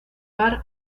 bar